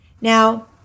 now